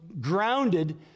grounded